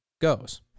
goes